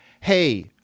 hey